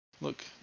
Look